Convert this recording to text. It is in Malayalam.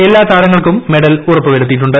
എല്ലാ താരങ്ങൾക്കും മെഡൽ ഉറപ്പു വരുത്തിയിട്ടുണ്ട്